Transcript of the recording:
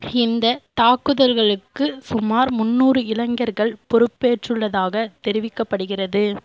இந்தத் தாக்குதல்களுக்கு சுமார் முன்னூறு இளைஞர்கள் பொறுப்பேற்றுள்ளதாகத் தெரிவிக்கப்படுகிறது